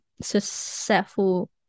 successful